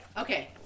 Okay